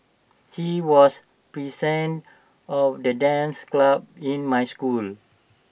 he was present of the dance club in my school